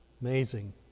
Amazing